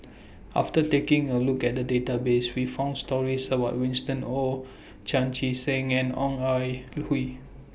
after taking A Look At The Database We found stories about Winston Oh Chan Chee Seng and Ong Ah Hoi